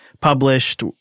published